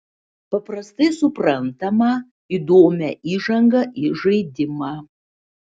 paprastai suprantamą įdomią įžangą į žaidimą